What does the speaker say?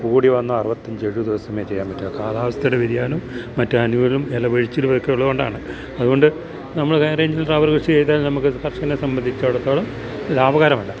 കൂടി വന്നാല് അറുവത്തേഴു ദിവസമേ ചെയ്യാൻ പറ്റുകയുള്ളൂ കാലാവസ്ഥയുടെ വ്യതിയാനവും മറ്റ് എല്ലാം ഇലപൊഴിച്ചലൊക്കെ ഉള്ളതു കൊണ്ടാണ് അതുകൊണ്ട് നമ്മള് ഹൈ റേഞ്ചിൽ റബര് കൃഷി ചെയ്താൽ നമുക്കു കർഷനെ സംബന്ധിച്ചിടത്തോളം ലാഭകരമല്ല